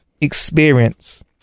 experience